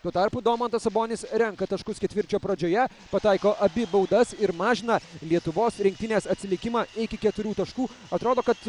tuo tarpu domantas sabonis renka taškus ketvirčio pradžioje pataiko abi baudas ir mažina lietuvos rinktinės atsilikimą iki keturių taškų atrodo kad